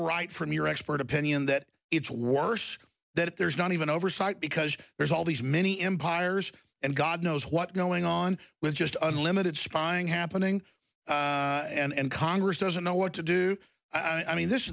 right from your expert opinion that it's worse that there's not even oversight because there's all these many empires and god knows what's going on with just unlimited spying happening and congress doesn't know what to do i mean this